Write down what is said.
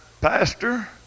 Pastor